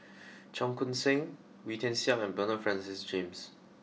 Cheong Koon Seng Wee Tian Siak and Bernard Francis James